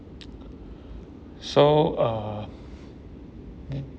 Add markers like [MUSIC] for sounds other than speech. [NOISE] [BREATH] so uh then